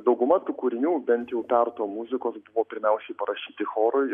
dauguma tų kūrinių bent jau perto muzikos buvo pirmiausiai parašyti chorui